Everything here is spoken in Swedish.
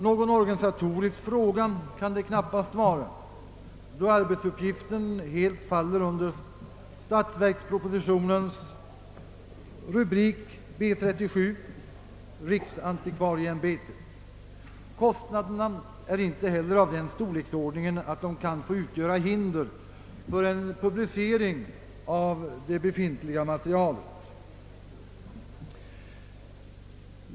Någon organisatorisk fråga kan detta knappast vara, då arbetsuppgiften helt faller under statsverkspropositionens rubrik B 37, Riksantikvarieämbetet. Kostnaderna är inte heller så stora att de kan få utgöra hinder för en publicering av det befintliga materialet.